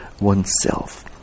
oneself